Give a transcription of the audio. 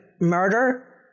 murder